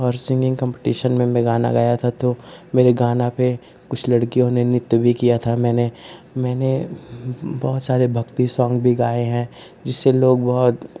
और singing competition में मैंने गाना गाया था तो मेरे गाने पर कुछ लड़कियों ने नृत्य भी किया था मैंने मैंने बहुत सारे भक्ति सॉन्ग भी गाए हैं जिससे लोग बहुत